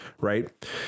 right